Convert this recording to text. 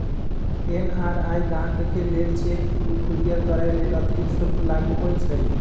NRI गाहकके लेल cheque book courier करय लेल अतिरिक्त शुल्क लागू होइ छइ